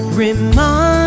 remind